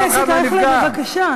חבר הכנסת אייכלר, בבקשה.